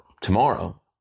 tomorrow